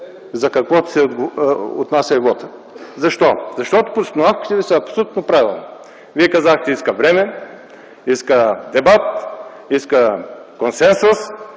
за което се отнася и вотът. Защо? Защото постановките Ви са абсолютно правилни. Вие казахте: иска време, иска дебат, иска консенсус